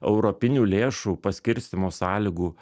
europinių lėšų paskirstymo sąlygų